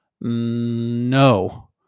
No